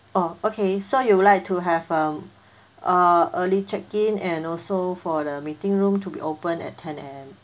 oh okay so you would like to have um err early check-in and also for the meeting room to be opened at ten A_M